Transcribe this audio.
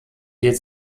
wird